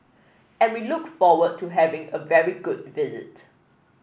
and we look forward to having a very good visit